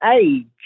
age